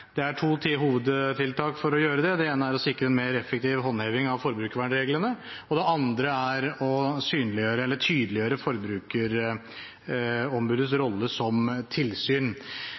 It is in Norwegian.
Det er to hovedtiltak for å gjøre det. Det ene er å sikre en mer effektiv håndheving av forbrukervernreglene, og det andre er å tydeliggjøre Forbrukerombudets rolle som tilsyn.